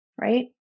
right